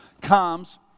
comes